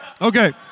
Okay